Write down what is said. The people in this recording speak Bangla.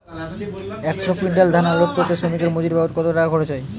একশো কুইন্টাল ধান আনলোড করতে শ্রমিকের মজুরি বাবদ কত টাকা খরচ হয়?